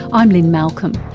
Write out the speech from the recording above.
i'm lynne malcolm,